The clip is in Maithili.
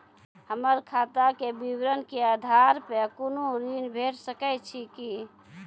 हमर खाता के विवरण के आधार प कुनू ऋण भेट सकै छै की?